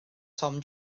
tom